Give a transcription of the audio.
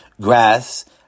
Grass